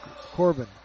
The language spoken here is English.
Corbin